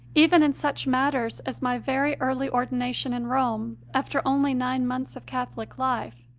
even in such matters as my very early ordination in rome after only nine months of catholic life.